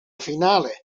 finale